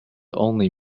only